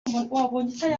uyu